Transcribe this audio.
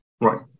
Right